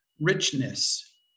richness